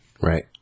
Right